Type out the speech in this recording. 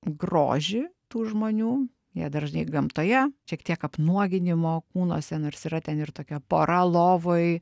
grožį tų žmonių jie dar žinai gamtoje šiek tiek apnuoginimo kūnuose nors yra ten ir tokia pora lovoj